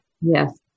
Yes